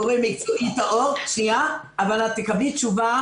את תקבלי תשובה.